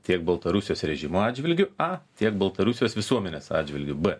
tiek baltarusijos režimo atžvilgiu a tiek baltarusijos visuomenės atžvilgiu b